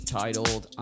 titled